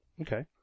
Okay